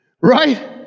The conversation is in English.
Right